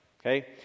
Okay